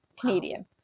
Canadian